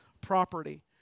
property